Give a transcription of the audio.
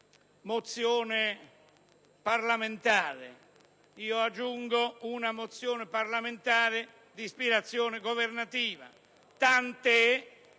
mozione parlamentare; io aggiungo che è una mozione parlamentare di ispirazione governativa, tant'è